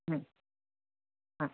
ह